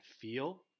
feel